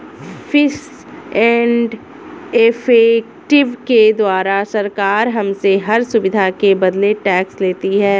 fees and effective के द्वारा सरकार हमसे हर सुविधा के बदले टैक्स लेती है